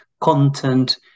content